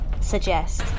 suggest